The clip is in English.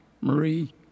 Marie